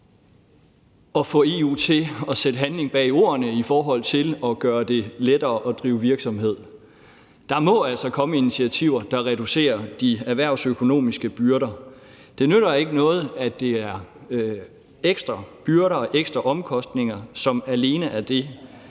at få EU til at sætte handling bag ordene i forhold til at gøre det lettere at drive virksomhed. Der må altså komme initiativer, der reducerer de erhvervsøkonomiske byrder. Det nytter ikke noget, at det alene er ekstra byrder og ekstra omkostninger, erhvervslivet